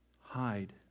hide